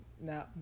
No